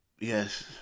yes